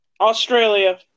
Australia